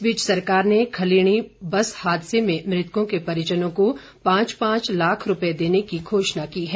इस बीच सरकार ने खुलीणी बस हादसे में मृतकों के परिजनों को पांच पांच लाख रूपए देने की घोषणा की है